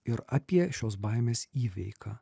ir apie šios baimės įveiką